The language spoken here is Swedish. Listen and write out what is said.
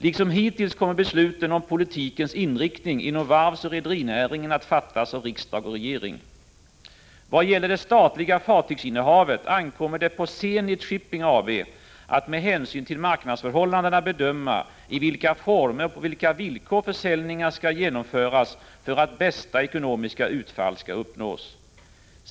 Liksom hittills kommer besluten om politikens inriktning inom varvsoch rederinäringen att fattas av riksdag och regering, Vad gäller det statliga fartygsinnehavet ankommer det på Zenit Shipping AB att med hänsyn till marknadsförhållandena bedöma i vilka former och på vilka villkor försäljningar skall genomföras för att bästa ekonomiska utfall skall uppnås.